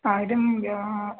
हा इदं